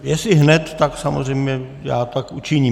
Jestli hned, tak samozřejmě já tak učiním.